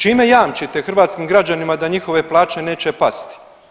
Čime jamčite hrvatskim građanima da njihove plaće neće pasti?